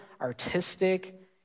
artistic